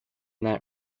that